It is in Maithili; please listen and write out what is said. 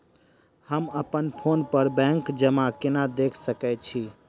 हम अप्पन फोन पर बैंक जमा केना देख सकै छी?